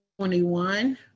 21